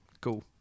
Cool